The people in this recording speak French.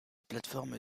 plateforme